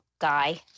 Guy